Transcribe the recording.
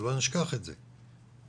שלא נשכח את זה.